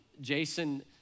Jason